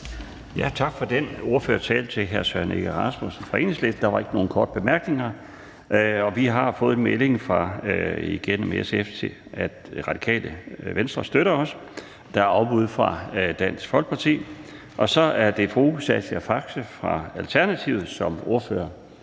for den ordførertale. Der var ikke nogen korte bemærkninger. Vi har fået en melding igennem SF om, at Radikale Venstre også støtter det, og der er afbud fra Dansk Folkeparti. Så er det fru Sascha Faxe fra Alternativet som ordfører.